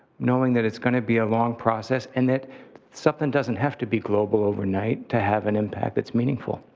knowing that it's gonna be a long process, and that something doesn't have to be global overnight to have an impact that's meaningful?